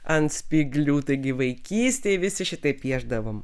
ant spyglių taigi vaikystėj visi šitaip piešdavom